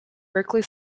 berklee